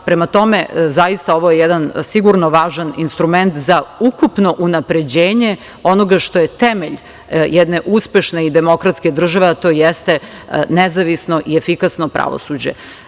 Prema tome, zaista ovo je jedan sigurno važan instrument za ukupno unapređenje onoga što je temelj jedne uspešne i demokratske države, a to jeste nezavisno i efikasno pravosuđe.